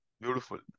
Beautiful